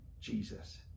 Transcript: Jesus